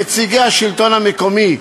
נציגי השלטון המקומי,